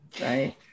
right